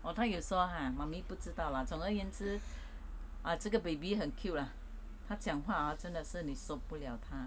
oh 她有说 ah mummy 不知道 lah 总而言之 ah 这个 baby 很 cute lah 她讲话 ah 真的是你受不了她